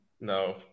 No